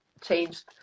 changed